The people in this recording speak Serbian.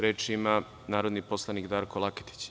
Reč ima narodni poslanik Darko Laketić.